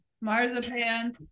marzipan